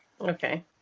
Okay